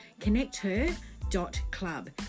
connecther.club